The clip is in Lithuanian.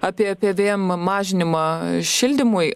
apie pvm mažinimą šildymui